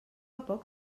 poc